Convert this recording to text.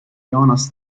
jonas